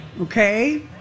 Okay